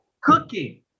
cooking